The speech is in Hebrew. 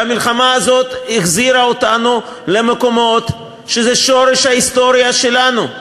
והמלחמה הזאת החזירה אותנו למקומות שהם שורש ההיסטוריה שלנו.